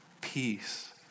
peace